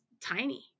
tiny